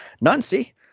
Nancy